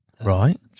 Right